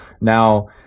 Now